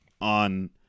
on